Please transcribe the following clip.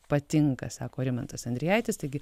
patinka sako rimantas endrijaitis taigi